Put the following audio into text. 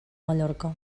mallorca